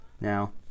Now